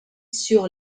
sur